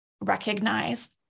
recognize